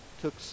took